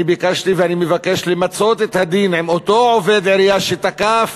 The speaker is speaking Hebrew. אני ביקשתי ואני מבקש למצות את הדין עם אותו עובד עירייה שתקף